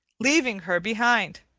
leaving her behind.